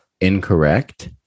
Incorrect